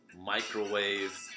microwave